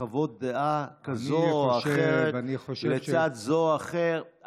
לחוות דעה כזאת או אחרת לצד זה או אחר,